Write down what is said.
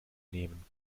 nehmen